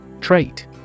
Trait